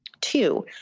Two